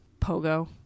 Pogo